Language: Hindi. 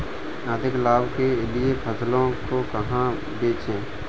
अधिक लाभ के लिए फसलों को कहाँ बेचें?